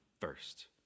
first